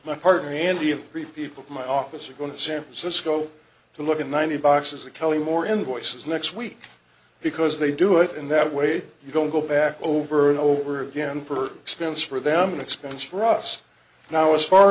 people my office are going to san francisco to look in ninety boxes the cullimore invoices next week because they do it in that way you don't go back over and over again for expense for them an expense for us now as far